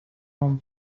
him